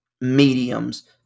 mediums